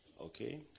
okay